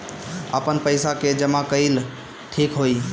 आपन पईसा के जमा कईल ठीक होई?